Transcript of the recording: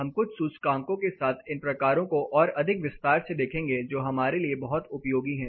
हम कुछ सूचकांकों के साथ इन प्रकारों को और अधिक विस्तार से देखेंगे जो हमारे लिए बहुत उपयोगी हैं